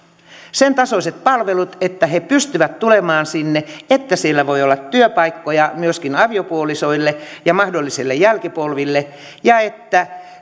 sen tasoiset palvelut että he pystyvät tulemaan sinne että siellä voi olla työpaikkoja myöskin aviopuolisoille ja mahdollisille jälkipolville ja että